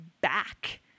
back